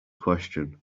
question